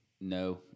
No